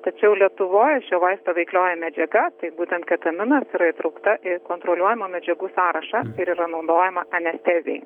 tačiau lietuvoje šio vaisto veiklioji medžiaga tai būtent ketaminas yra įtraukta į kontroliuojamų medžiagų sąrašą ir yra naudojama anestezijai